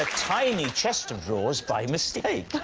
tiny chest of drawers by mistake.